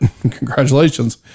congratulations